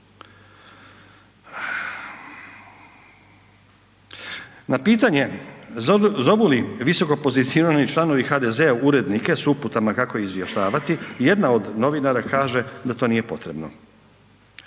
Na pitanje zovu li visokopozicionirani članovi HDZ-a urednike s uputama kako izvještavati, jedna od novinara kaže da to nije potrebno.